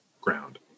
ground